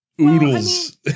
oodles